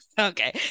okay